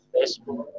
Facebook